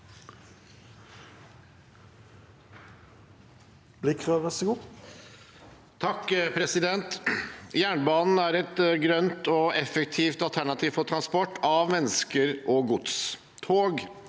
(A) Jernbanen er et grønt og effektivt alternativ for transport av mennesker og gods.